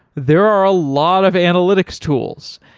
there are a lot of analytics tools.